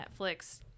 netflix